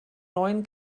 neuen